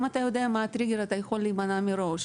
אם אתה יודע מה הטריגר אתה יכול להימנע מראש.